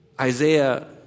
Isaiah